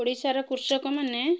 ଓଡ଼ିଶାର କୃଷକମାନେ